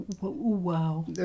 Wow